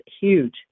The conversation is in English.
huge